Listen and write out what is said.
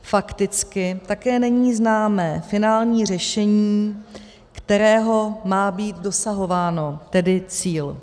Fakticky také není známé finální řešení, kterého má být dosahováno, tedy cíl.